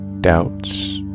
Doubts